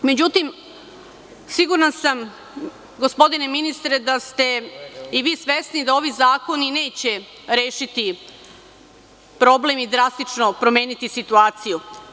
Međutim, sigurna sam, gospodine ministre, da ste i vi svesni da ovi zakoni neće rešiti problem i drastično promeniti situaciju.